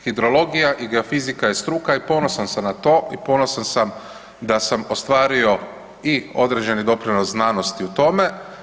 Hidrologija i Geofizika je struka i ponosan sam na to i ponosan sam da sam ostvario i određeni doprinos znanosti u tome.